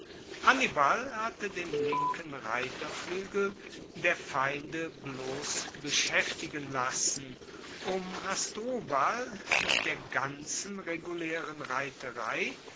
hannibal hatte den linken reiterfluegel der feinde bloss beschaeftigen lassen um hasdrubal mit der ganzen regulaeren reiterei